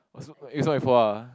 was it's not my fault ah